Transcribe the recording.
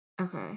Okay